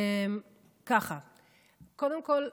קודם כול,